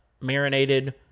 marinated